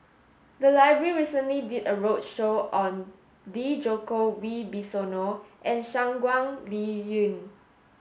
the library recently did a roadshow on Djoko Wibisono and Shangguan Liuyun